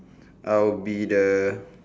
I'll be the